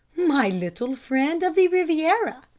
my little friend of the riviera,